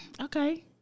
Okay